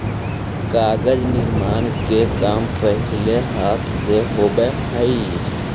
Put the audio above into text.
कागज निर्माण के काम पहिले हाथ से होवऽ हलइ